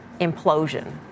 implosion